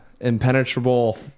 impenetrable